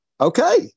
Okay